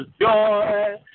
Joy